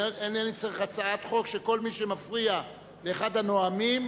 אינני צריך הצעת חוק שכל מי שמפריע לאחד הנואמים,